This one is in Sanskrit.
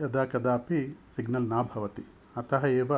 यदा कदापि सिग्नल् न भवति अतः एव